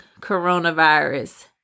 coronavirus